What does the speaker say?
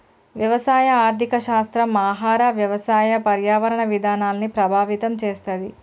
వ్యవసాయ ఆర్థిక శాస్త్రం ఆహార, వ్యవసాయ, పర్యావరణ విధానాల్ని ప్రభావితం చేస్తది